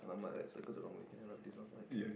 !alamak! I circled the wrong thing can I rub this off I can